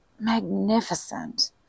magnificent